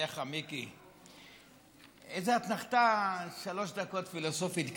אליך, מיקי, איזו אתנחתה פילוסופית קטנה,